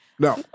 No